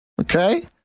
Okay